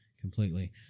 Completely